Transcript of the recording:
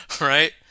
Right